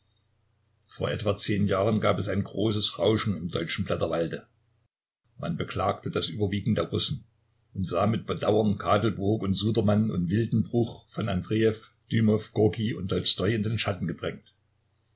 vor etwa zehn jahren gab es ein großes rauschen im deutschen blätterwalde man beklagte das überwiegen der russen und sah mit bedauern kadelburg und sudermann und wildenbruch von andrejew dymow gorki und tolstoi in den schatten gedrängt